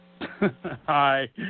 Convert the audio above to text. Hi